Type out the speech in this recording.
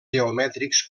geomètrics